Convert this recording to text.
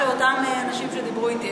כדי שאותם אנשים שדיברו אתי,